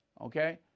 okay